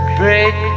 break